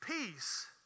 peace